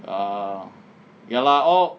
err ya lah oh